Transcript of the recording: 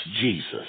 Jesus